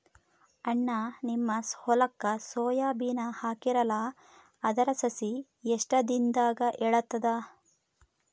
ಅಣ್ಣಾ, ನಿಮ್ಮ ಹೊಲಕ್ಕ ಸೋಯ ಬೀನ ಹಾಕೀರಲಾ, ಅದರ ಸಸಿ ಎಷ್ಟ ದಿಂದಾಗ ಏಳತದ?